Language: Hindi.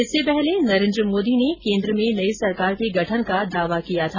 इससे पहले नरेन्द्र मोदी ने केन्द्र में नई सरकार के गठन का दावा किया था